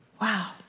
Wow